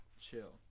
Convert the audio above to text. chill